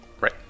Right